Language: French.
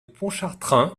pontchartrain